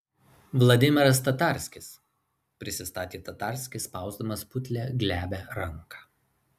vladimiras tatarskis prisistatė tatarskis spausdamas putlią glebią ranką